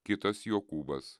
kitas jokūbas